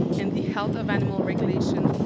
and the health of animal regulation,